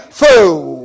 fool